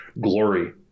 glory